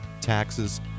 taxes